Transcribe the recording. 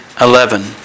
eleven